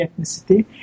ethnicity